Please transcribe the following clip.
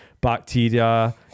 bacteria